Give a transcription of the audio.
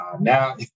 now